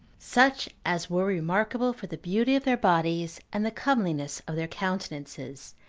such as were remarkable for the beauty of their bodies, and the comeliness of their countenances,